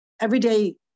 everyday